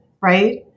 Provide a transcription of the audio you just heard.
Right